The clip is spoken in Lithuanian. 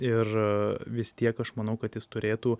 ir vis tiek aš manau kad jis turėtų